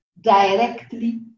directly